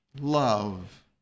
love